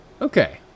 Okay